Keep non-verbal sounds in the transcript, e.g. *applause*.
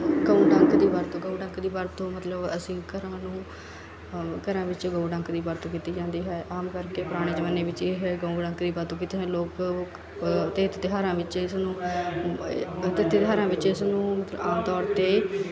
ਗਊ ਡੰਕ ਦੀ ਵਰਤੋਂ ਗਊ ਡੰਕ ਦੀ ਵਰਤੋਂ ਮਤਲਬ ਅਸੀਂ ਘਰਾਂ ਨੂੰ ਘਰਾਂ ਵਿੱਚ ਗਊ ਡੰਕ ਦੀ ਵਰਤੋਂ ਕੀਤੀ ਜਾਂਦੀ ਹੈ ਆਮ ਕਰਕੇ ਪੁਰਾਣੇ ਜਮਾਨੇ ਵਿੱਚ ਇਹ ਗਊ ਡੰਕ ਦੀ ਵਰਤੋਂ ਕੀਤੀ ਜਾਂਦੀ ਲੋਕ ਤਿੱਥ ਤਿਉਹਾਰਾਂ ਵਿੱਚ ਇਸਨੂੰ *unintelligible* ਤਿੱਥ ਤਿਉਹਾਰਾਂ ਵਿੱਚ ਇਸਨੂੰ ਮਤਲਬ ਆਮ ਤੌਰ 'ਤੇ